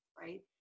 right